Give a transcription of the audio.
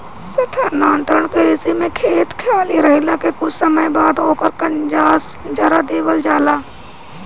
स्थानांतरण कृषि में खेत खाली रहले के कुछ समय बाद ओकर कंजास जरा देवल जाला